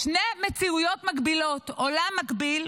שתי מציאויות מקבילות, עולם מקביל.